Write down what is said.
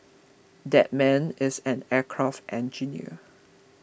that man is an aircraft engineer